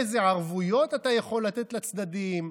איזה ערבויות אתה יכול לתת לצדדים?